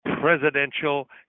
presidential